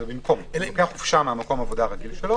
הוא לוקח חופשה ממקום העבודה הרגיל שלו